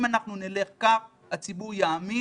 אם אנחנו נלך בדרך הזו הציבור יאמין